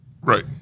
Right